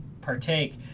partake